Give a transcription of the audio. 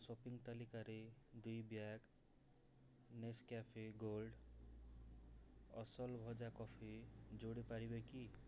ମୋ ସପିଂ ତାଲିକାରେ ଦୁଇ ବ୍ୟାଗ୍ ନେସ୍କ୍ୟାଫେ ଗୋଲ୍ଡ୍ ଅସଲ ଭଜା କଫି ଯୋଡ଼ି ପାରିବେ କି